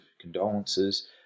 condolences